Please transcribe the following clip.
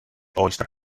oyster